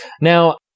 Now